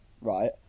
right